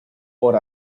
por